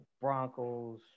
Broncos